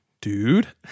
dude